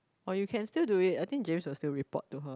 or you can still do it I think Jenny was still report to her